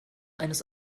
eines